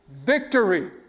Victory